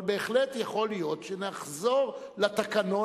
אבל בהחלט יכול להיות שנחזור לתקנון